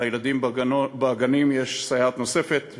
לילדים בגנים יש סייעת נוספת,